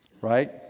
right